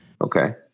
Okay